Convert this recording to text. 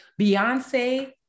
Beyonce